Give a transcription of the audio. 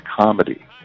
comedy